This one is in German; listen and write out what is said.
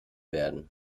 werden